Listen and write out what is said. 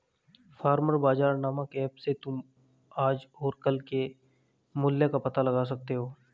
farmer बाजार नामक app से तुम आज और कल के मूल्य का पता लगा सकते हो